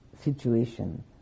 situation